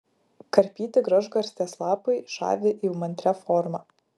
karpyti gražgarstės lapai žavi įmantria forma